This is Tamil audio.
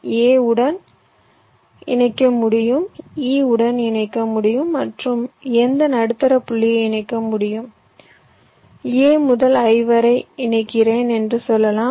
a உடன் இணைக்க முடியும் e உடன் இணைக்க முடியும் மற்றும் எந்த நடுத்தர புள்ளியையும் இணைக்க முடியும் a முதல் i வரை இணைக்கிறேன் என்று சொல்லலாம்